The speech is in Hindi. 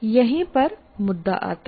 यहीं पर मुद्दा आता है